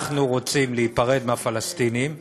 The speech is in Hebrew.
אנחנו רוצים להיפרד מהפלסטינים,